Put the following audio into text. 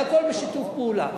אבל הכול בשיתוף פעולה.